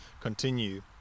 continue